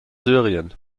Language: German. syrien